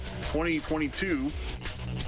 2022